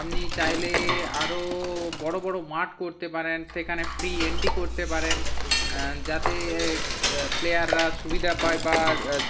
আপনি চাইলে আরও বড় বড় মাঠ করতে পারেন সেখানে ফ্রি এন্ট্রি করতে পারেন যাতে প্লেয়াররা সুবিধা পায় বা